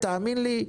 תאמין לי,